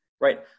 right